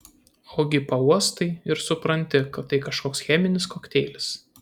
ogi pauostai ir supranti kad tai kažkoks cheminis kokteilis